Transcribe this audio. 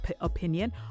opinion